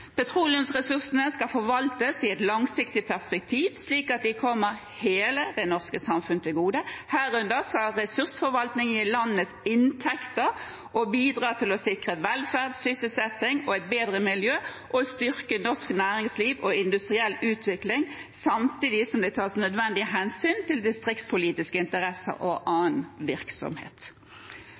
et langsiktig perspektiv slik at de kommer hele det norske samfunn til gode. Herunder skal ressursforvaltningen gi landet inntekter og bidra til å sikre velferd, sysselsetting og et bedre miljø og å styrke norsk næringsliv og industriell utvikling samtidig som det tas nødvendige hensyn til distriktspolitiske interesser og annen virksomhet.»